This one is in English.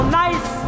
nice